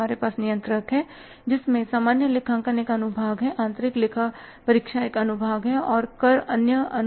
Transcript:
हमारे पास नियंत्रक है जिसमें सामान्य लेखांकन एक अनु भाग है आंतरिक लेखा परीक्षा एक अनु भाग है और कर अन्य अनु भाग है